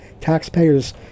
taxpayers